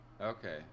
Okay